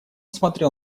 смотрел